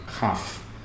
half